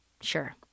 Sure